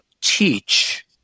teach